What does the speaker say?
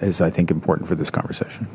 is i think important for this conversation